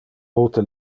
multe